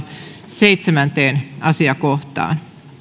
seitsemänteen asiakohtaan